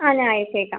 ആ ഞാൻ അയച്ചേക്കാം